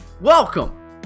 welcome